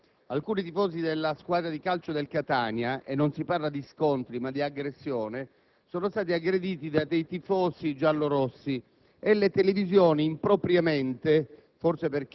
vie antistanti lo stadio Olimpico di Roma. Alcuni tifosi della squadra di calcio del Catania - e non si parla di scontri, ma di aggressione - sono stati aggrediti da tifosi giallorossi